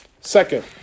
Second